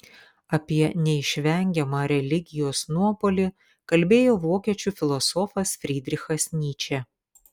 apie neišvengiamą religijos nuopuolį kalbėjo vokiečių filosofas frydrichas nyčė